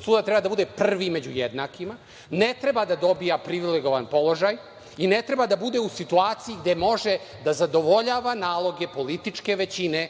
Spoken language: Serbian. suda treba da bude prvi među jednakima, ne treba da dobija privilegovan položaj i ne treba da bude u situaciji, gde može da zadovoljava naloge političke većine